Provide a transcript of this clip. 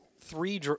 three